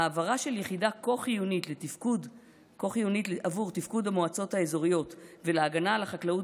העברה של יחידה כה חיונית לתפקוד המועצות האזוריות ולהגנה על החקלאות